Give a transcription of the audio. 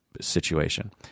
situation